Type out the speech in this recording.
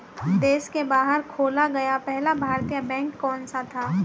देश के बाहर खोला गया पहला भारतीय बैंक कौन सा था?